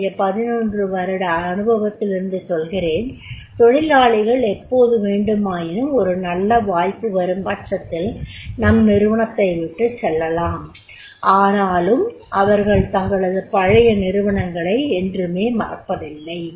என்னுடைய 11 வருட அனுபவத்திலிருந்து சொல்கிறேன் தொழிலாளிகள் எப்போது வேண்டுமாயினும் ஒரு நல்ல வாய்ப்பு வரும் பட்சத்தில் நம் நிறுவனத்தைவிட்டுச் சென்றுவிடலாம் ஆனாலும் அவர்கள் தங்களது பழைய நிறுவனங்களை என்றுமே மறப்பதில்லை